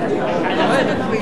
ההצבעה,